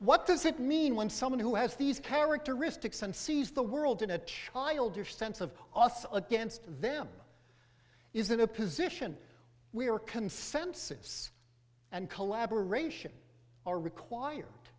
what does it mean when someone who has these characteristics and sees the world in a childish sense of us against them isn't a position we are consensus and collaboration are required